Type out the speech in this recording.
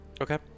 Okay